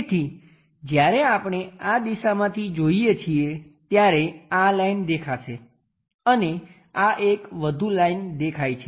તેથી જ્યારે આપણે આ દિશામાંથી જોઈએ છીએ ત્યારે આ લાઈન દેખાશે અને આ એક વધુ લાઈન દેખાય છે